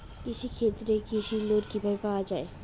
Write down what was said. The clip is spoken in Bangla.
কৃষি ক্ষেত্রে কৃষি লোন কিভাবে পাওয়া য়ায়?